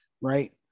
Right